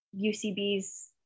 ucb's